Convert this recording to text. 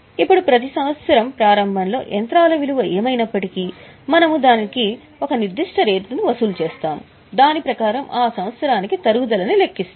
ఇప్పుడు ప్రతి సంవత్సరం ప్రారంభంలో యంత్రాల విలువ ఏమైనప్పటికీ మనము దానికి ఒక నిర్దిష్ట రేటు వసూలు చేస్తాము దాని ప్రకారం ఆ సంవత్సరానికి తరుగుదలని లెక్కిస్తాము